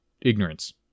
ignorance